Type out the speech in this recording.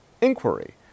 inquiry